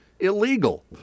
Illegal